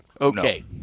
Okay